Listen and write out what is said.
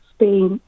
Spain